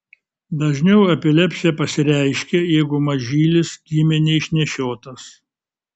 dažniau epilepsija pasireiškia jeigu mažylis gimė neišnešiotas